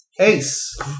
Ace